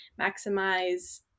maximize